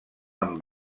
amb